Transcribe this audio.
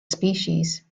species